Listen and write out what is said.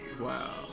Wow